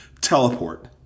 teleport